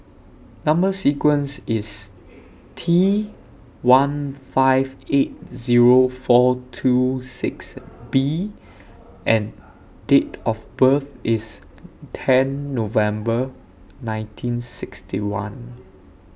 Number sequence IS T one five eight Zero four two six B and Date of birth IS ten November nineteen sixty one